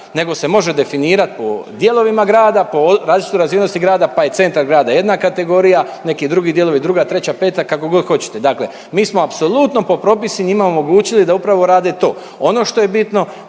nego se može definirat po dijelovima grada, po različitoj razvijenosti grada pa je centar grada jedna kategorija, neki drugi dijelovi druga, treća, peta kakogod hoćete. Dakle, mi smo apsolutno po propisima njima omogućili da upravo rade to. Ono što je bitno